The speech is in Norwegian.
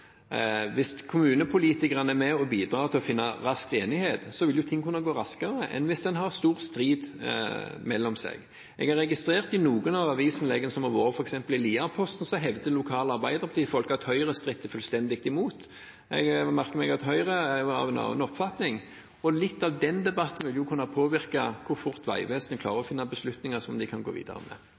Hvis kommunepolitikerne er med og bidrar til å finne fram til enighet raskt, vil ting kunne gå raskere enn hvis det er stor strid. Jeg har registrert noen av avisinnleggene som har vært, f.eks. i Lierposten hevder lokale Arbeiderparti-folk at Høyre stritter fullstendig imot. Jeg merker meg at Høyre er av en annen oppfatning. Litt av den debatten vil jo kunne påvirke hvor fort Vegvesenet klarer å finne beslutninger som de kan gå videre med.